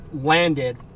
landed